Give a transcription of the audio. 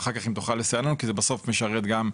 אחר כך אם תוכל לסייע לנו כי זה בסוף משרת גם אתכם.